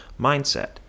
mindset